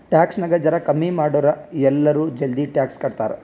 tax ನಾಗ್ ಜರಾ ಕಮ್ಮಿ ಮಾಡುರ್ ಎಲ್ಲರೂ ಜಲ್ದಿ ಟ್ಯಾಕ್ಸ್ ಕಟ್ತಾರ್